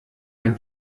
ein